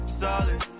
solid